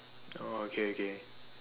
oh okay okay